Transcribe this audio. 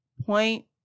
point